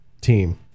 team